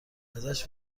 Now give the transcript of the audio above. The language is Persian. ازش